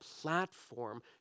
platform